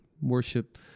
worship